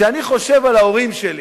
כשאני חושב על ההורים שלי